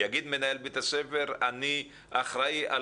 יגיד מנהל בית הספר: אני אחראי על